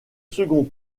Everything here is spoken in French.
second